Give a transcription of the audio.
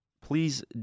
Please